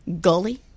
gully